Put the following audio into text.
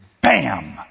Bam